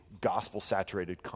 gospel-saturated